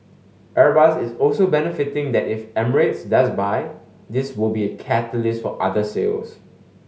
airbus is also betting that if Emirates does buy this will be a catalyst for other sales